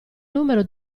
numero